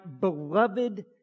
beloved